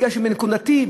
כי בנקודתי,